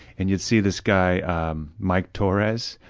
and you'd see this guy um mike torrez,